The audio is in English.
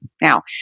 Now